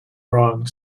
wrong